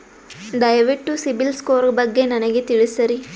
ದಯವಿಟ್ಟು CIBIL score ಬಗ್ಗೆ ನನಗ ತಿಳಸರಿ?